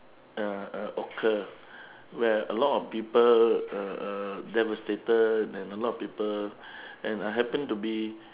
uh uh occur where a lot of people uh uh devastated and a lot of people and I happen to be